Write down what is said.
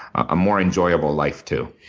a more enjoyable life too.